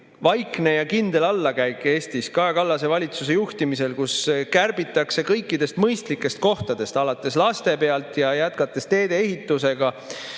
vaikne ja kindel allakäik Eestis Kaja Kallase valitsuse juhtimisel, kus kärbitakse kõikidest mõistlikest kohtadest, alates laste pealt ja jätkates teedeehitusega,